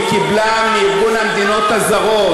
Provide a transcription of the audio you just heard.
היא קיבלה מארגון המדינות הזרות,